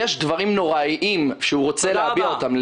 יש דברים נוראים שהוא רוצה להביע אותם,